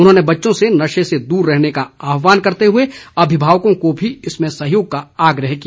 उन्होंने बच्चों से नशे से दूर रहने का आहवान करते हुए अभिभावकों को भी इसमें सहयोग का आग्रह किया